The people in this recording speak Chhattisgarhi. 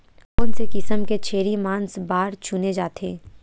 कोन से किसम के छेरी मांस बार चुने जाथे?